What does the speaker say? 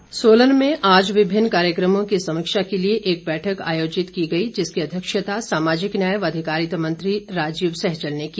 सैजल सोलन में आज विभिन्न कार्यक्रमों की समीक्षा के लिए एक बैठक आयोजित की गई जिसकी अध्यक्षता सामाजिक न्याय व अधिकारिता मंत्री राजीव सैजल ने की